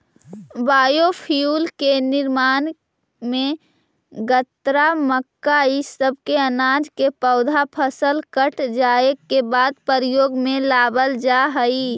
biofuel के निर्माण में गन्ना, मक्का इ सब अनाज के पौधा फसल कट जाए के बाद प्रयोग में लावल जा हई